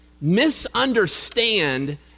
misunderstand